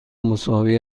مساوی